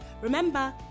remember